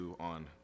on